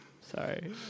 Sorry